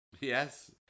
Yes